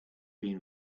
been